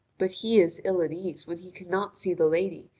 but he is ill at ease when he cannot see the lady,